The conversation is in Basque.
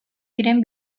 ziren